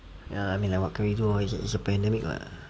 ya I mean like what can we do it's a pandemic [what]